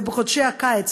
ובחודשי הקיץ,